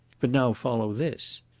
but now follow this!